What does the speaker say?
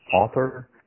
author